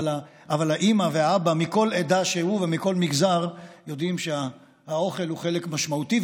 אבל האימא והאבא מכל עדה שהיא ומכל מגזר יודעים שהאוכל הוא חלק משמעותי,